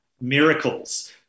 Miracles